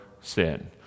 sin